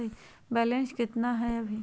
Balance केतना हय अभी?